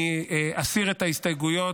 אני אסיר את ההסתייגויות,